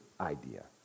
idea